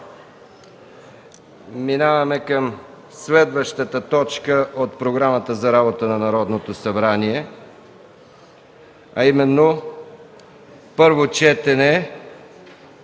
Преминаваме към следващата точка от програмата за работа на Народното събрание, а именно: ПЪРВО